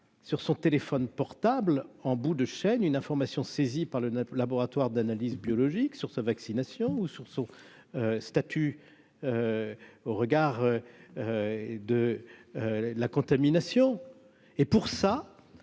sur leur téléphone portable, en bout de chaîne, d'une information saisie par le laboratoire d'analyses biologiques sur sa vaccination ou sur son statut au regard de la contamination. Pour cela,